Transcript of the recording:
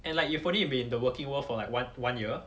and like you've only been in the working world for like one one year